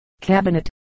cabinet